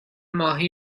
ماهی